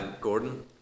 Gordon